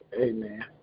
Amen